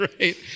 right